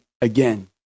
again